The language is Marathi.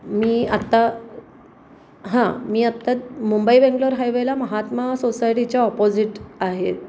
मी आत्ता हां मी आत्ता मुंबई बेंगलोर हायवेला महात्मा सोसायटीच्या अपोजिट आहे